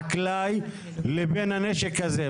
חקלאי לבין הנשק הזה.